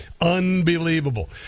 unbelievable